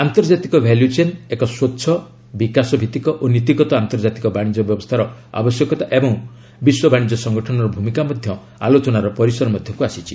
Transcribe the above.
ଆନ୍ତର୍ଜାତିକ value chain ଏକ ସ୍ୱଚ୍ଛ ବିକାଶ ଭିଭିକ ନୀତିଗତ ଆନ୍ତର୍ଜାତିକ ବାଣିଜ୍ୟ ବ୍ୟବସ୍ଥାର ଆବଶ୍ୟକତା ଏବଂ ବିଶ୍ୱ ବାଣିଜ୍ୟ ସଂଗଠନର ଭୂମିକା ମଧ୍ୟ ଆଲୋଚନାର ପରିସର ମଧ୍ୟକୁ ଆସିଛି